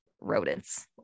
rodents